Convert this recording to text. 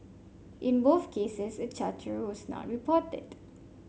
in both cases a charterer was not reported